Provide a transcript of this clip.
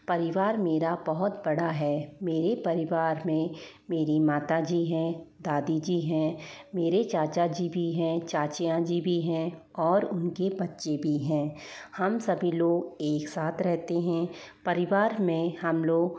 परिवार मेरा बहुत बड़ा है मेरे परिवार में मेरी माता जी हैं दादा जी हैं मेरे चाचा जी भी हैं चाचियाँ जी भी हैं और उनके बच्चे भी हैं हम सभी लोग एक साथ रहते हैं परिवार में हम लोग